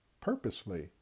Purposely